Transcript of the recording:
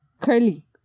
curly